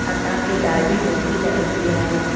असांखे ॾाढी मिठी लॻंदी आहे